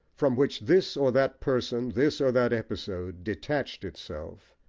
from which this or that person, this or that episode, detached itself,